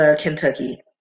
Kentucky